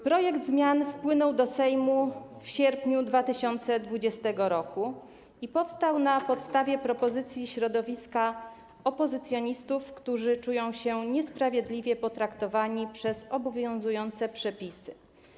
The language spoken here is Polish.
Projekt zmian wpłynął do Sejmu w sierpniu 2020 r. i powstał na podstawie propozycji środowiska opozycjonistów, którzy czują się niesprawiedliwie potraktowani w zakresie obowiązujących przepisów.